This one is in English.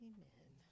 Amen